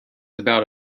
about